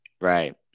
Right